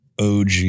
OG